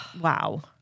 Wow